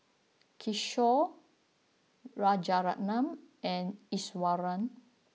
Kishore Rajaratnam and Iswaran